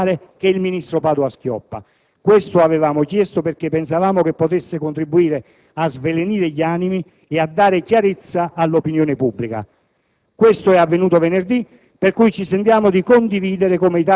correttamente rimettesse il mandato nelle mani del titolare, il ministro Padoa-Schioppa. Questo avevamo chiesto perché pensavamo che potesse contribuire a svelenire gli animi e dare chiarezza all'opinione pubblica.